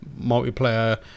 multiplayer